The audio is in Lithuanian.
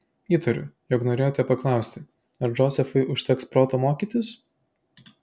įtariu jog norėjote paklausti ar džozefui užteks proto mokytis